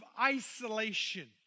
isolation